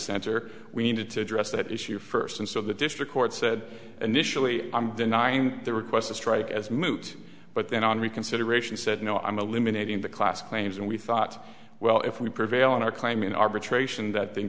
center we needed to address that issue first and so the district court said initially i'm denying the request to strike as moot but then on reconsideration he said no i'm eliminating the class claims and we thought well if we prevail in our claim in arbitration that th